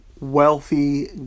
wealthy